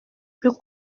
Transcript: plus